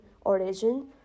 origin